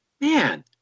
man